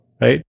right